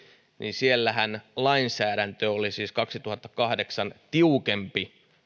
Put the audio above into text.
siellähän lainsäädäntö oli siis kaksituhattakahdeksan tiukempi